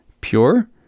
pure